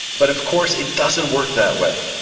but of course it doesn't work that way.